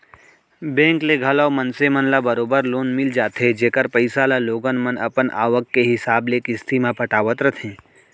bank ले घलौ मनसे मन ल बरोबर लोन मिल जाथे जेकर पइसा ल लोगन मन अपन आवक के हिसाब ले किस्ती म पटावत रथें